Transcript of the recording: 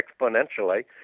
exponentially